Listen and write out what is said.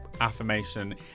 affirmation